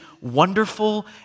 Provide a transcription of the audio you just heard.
wonderful